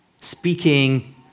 speaking